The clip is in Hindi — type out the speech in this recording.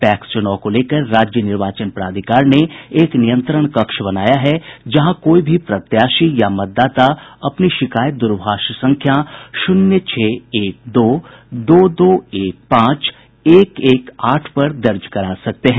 पैक्स चुनाव को लेकर राज्य निर्वाचन प्राधिकार ने एक नियंत्रण कक्ष बनाया है जहां कोई भी प्रत्याशी या मतदाता अपनी शिकायत दूरभाष संख्या शून्य छह एक दो दो दो एक पांच एक एक आठ पर दर्ज करा सकते हैं